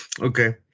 Okay